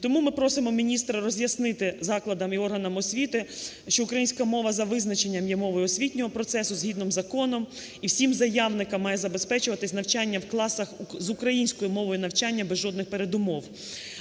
Тому ми просимо міністра роз'яснити закладам і органам освіти, що українська мова за визначенням є мовою освітнього процесу згідно закону, і всім заявникам має забезпечуватись навчання в класах з українською мовою навчання без жодних передумов.